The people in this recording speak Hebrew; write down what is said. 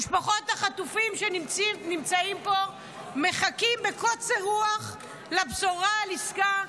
משפחות החטופים שנמצאות פה מחכות בקוצר רוח לבשורה על עסקה.